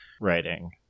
writing